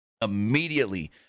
Immediately